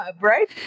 right